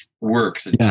works